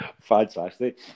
Fantastic